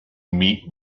meet